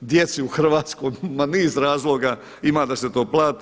djeci u Hrvatskoj, ima niz razloga, ima da se to plati.